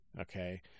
okay